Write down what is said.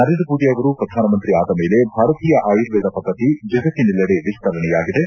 ನರೇಂದ್ರ ಮೋದಿ ಅವರು ಪ್ರಧಾನಮಂತ್ರಿ ಆದ ಮೇಲೆ ಭಾರತೀಯ ಆಯುರ್ವೇದ ಪದ್ದತಿ ಜಗತ್ತಿನೆಲ್ಲೆಡೆ ವಿಸ್ತರಣೆಯಾಗಿದೆ